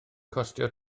costio